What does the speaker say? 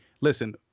listen